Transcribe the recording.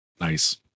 Nice